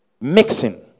mixing